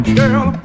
girl